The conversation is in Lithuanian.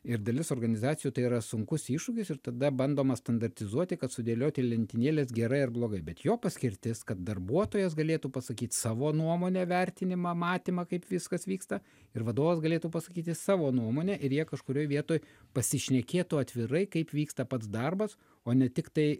ir dalis organizacijų tai yra sunkus iššūkis ir tada bandoma standartizuoti kad sudėlioti į lentynėles gerai ar blogai bet jo paskirtis kad darbuotojas galėtų pasakyt savo nuomonę vertinimą matymą kaip viskas vyksta ir vadovas galėtų pasakyti savo nuomonę ir jie kažkurioj vietoj pasišnekėtų atvirai kaip vyksta pats darbas o ne tiktai